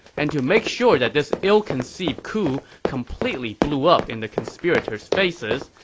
and to make sure that this ill-conceived coup completely blew up in the conspirators' faces,